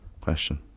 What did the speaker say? question